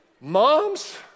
Moms